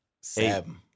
seven